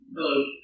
Hello